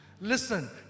Listen